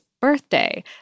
birthday